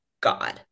God